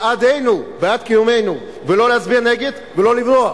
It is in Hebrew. בעדנו, בעד קיומנו, ולא להצביע נגד ולא לברוח,